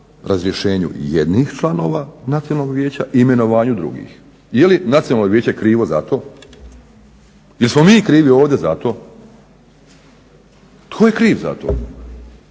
razrješenju jednih članova Nacionalnog vijeća i imenovanju drugih. Je li Nacionalno vijeće krivo za to? Jesmo mi krivi ovdje za to? Tko je kriv za to